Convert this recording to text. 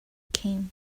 came